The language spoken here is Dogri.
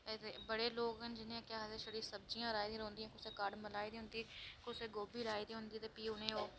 बड़े लोग न जियां छड़ियां सब्जियां राही दियां रौंह्दियां कुसै गोभी राही दी होंदी भी